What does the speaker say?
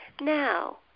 now